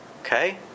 Okay